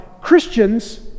Christians